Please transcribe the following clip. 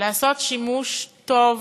לעשות שימוש טוב,